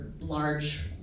large